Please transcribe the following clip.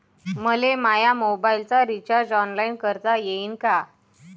मले माया मोबाईलचा रिचार्ज ऑनलाईन करता येईन का?